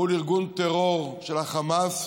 מול ארגון טרור של החמאס,